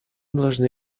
должны